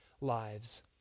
lives